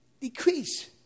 Decrease